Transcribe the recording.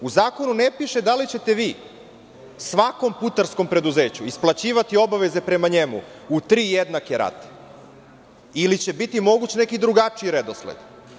U Zakonu ne piše da li ćete vi svakom putarskom preduzeću isplaćivati obaveze prema njemu u tri jednake rate ili će biti moguć neki drugačiji redosled.